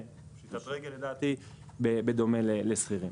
בדומה לשכירים.